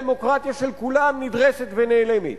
הדמוקרטיה של כולם נדרסת ונעלמת.